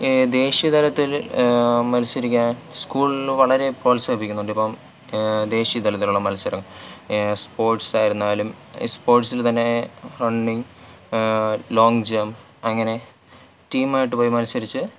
ഈ ദേശീയതലത്തിൽ മത്സരിക്കാൻ സ്കൂൾ വളരെ പ്രോത്സാഹിപ്പിക്കുന്നുണ്ട് ഇപ്പം ദേശീയതലത്തിലുള്ള മത്സരം സ്പോർട്സായിരുന്നാലും ഈ സ്പോട്സിൽ തന്നെ റണ്ണിംഗ് ലോങ്ങ് ജമ്പ് അങ്ങനെ ടീമായിട്ടുപോയി മത്സരിച്ച്